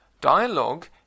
Dialogue